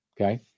Okay